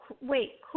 Wait